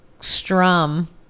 Strum